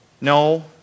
No